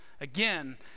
Again